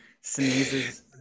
Sneezes